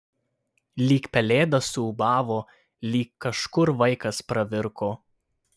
lyg pelėda suūbavo lyg kažkur vaikas pravirko